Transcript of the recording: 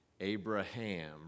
Abraham